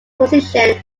position